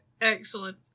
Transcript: Excellent